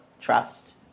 trust